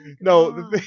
No